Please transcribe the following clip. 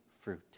fruit